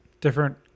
different